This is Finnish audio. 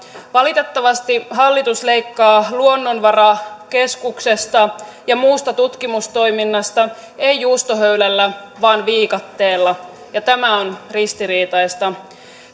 valitettavasti hallitus leikkaa luonnonvarakeskuksesta ja muusta tutkimustoiminnasta ei juustohöylällä vaan viikatteella tämä on ristiriitaista